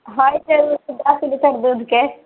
हय तऽ दश लिटर दूधके